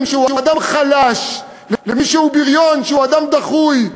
שהוא אדם חלש ולמי שהוא בריון שהוא אדם דחוי.